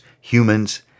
humans